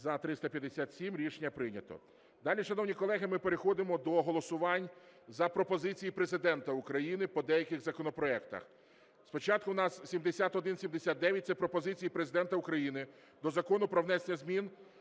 За-357 Рішення прийнято. Далі, шановні колеги, ми переходимо до голосувань за пропозиції Президента України по деяких законопроектах. Спочатку у нас 7179 – це пропозиції Президента України до Закону "Про внесення змін